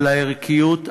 על הערכיות,